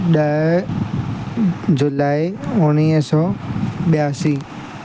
ॾह जुलाई उणिवीह सौ ॿियासी